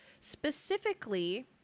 specifically